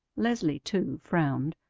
leslie, too, frowned,